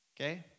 okay